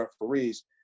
referees